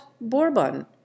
Bourbon